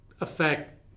affect